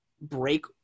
break